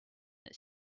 its